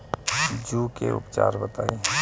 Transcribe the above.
जूं के उपचार बताई?